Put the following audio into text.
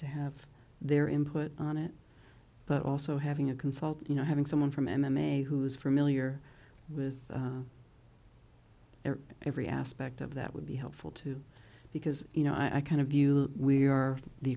to have their input on it but also having a consult you know having someone from m m a who is familiar with their every aspect of that would be helpful too because you know i kind of view we are the